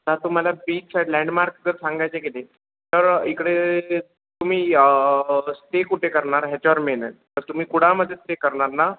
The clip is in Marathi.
हां तुम्हाला बीच लँडमार्क जर सांगायचे गेले तर इकडे ते तुम्ही स्टे कुठे करणार ह्याच्यावर मेन आहे तर तुम्ही कुडाळमध्ये स्टे करणार ना